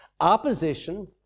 Opposition